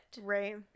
Right